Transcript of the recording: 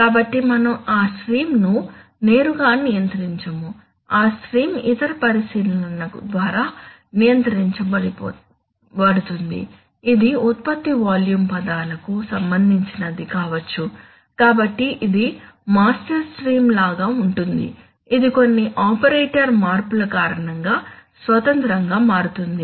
కాబట్టి మనం ఆ స్ట్రీమ్ను నేరుగా నియంత్రించము ఆ స్ట్రీమ్ ఇతర పరిశీలనల ద్వారా నియంత్రించబడుతుంది ఇది ఉత్పత్తి వాల్యూమ్ పదాలకు సంబంధించినది కావచ్చు కాబట్టి ఇది మాస్టర్ స్ట్రీమ్ లాగా ఉంటుంది ఇది కొన్ని ఆపరేటర్ మార్పుల కారణంగా స్వతంత్రంగా మారుతుంది